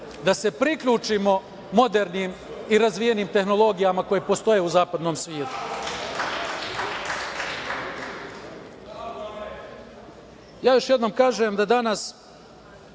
da se priključimo modernim i razvijenim tehnologijama koje postoje u zapadnom svetu. Ja još jednom kažem da danas